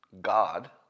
God